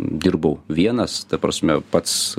dirbau vienas ta prasme pats